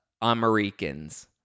Americans